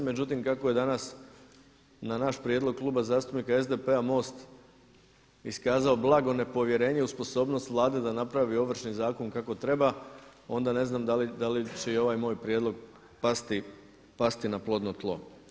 Međutim, kako je danas na naš prijedlog Kluba zastupnika SDP-a MOST iskazao blago nepovjerenje u sposobnost Vlade da napravi Ovršni zakon kako treba, onda ne znam da li će i ovaj moj prijedlog pasti na plodno tlo.